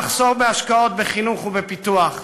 מחסור בהשקעות בחינוך ובפיתוח.